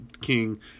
king